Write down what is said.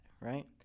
right